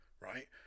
right